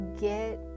get